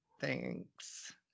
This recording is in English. thanks